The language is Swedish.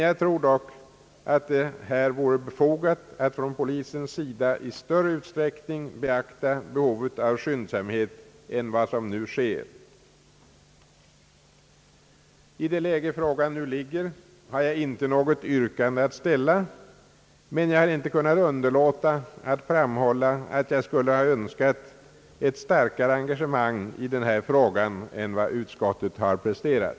Jag tror dock att det vore befogat för polisen att i större utsträckning beakta behovet av skyndsamhet än vad som nu sker. I det läge frågan nu befinner sig har jag inte något yrkande att ställa, men jag har inte kunnat underlåta att fram hålla, att jag skulle ha önskat ett starkare engagemang i denna fråga än vad utskottet har presterat.